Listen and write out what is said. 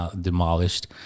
demolished